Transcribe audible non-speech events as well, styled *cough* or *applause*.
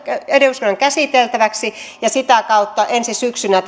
eduskunnan käsiteltäväksi ja sitä kautta ensi syksynä *unintelligible*